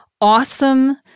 awesome